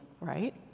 right